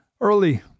early